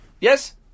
Yes